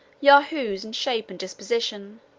yahoos in shape and disposition,